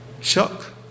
Chuck